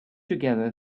together